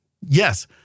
Yes